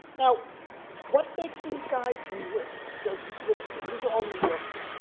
now what makes these guys enlist? because this is interesting. these are all new yorkers.